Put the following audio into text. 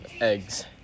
eggs